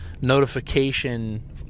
notification